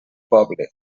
poble